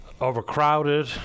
overcrowded